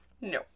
No